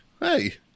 Hey